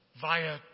via